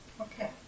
Okay